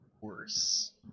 worse